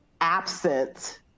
absent